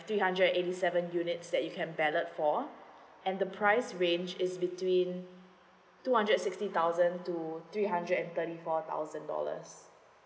three hundred eighty seven units that you can ballot for and the price range is between in two hundred sixty thousand to three hundred and thirty four thousand dollars